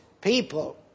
people